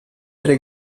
delle